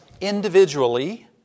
individually